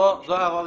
זו הערה ראשונה.